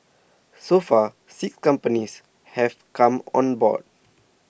so far six companies have come on board